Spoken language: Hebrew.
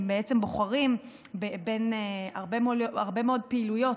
הם בעצם בוחרים בין הרבה מאוד פעילויות,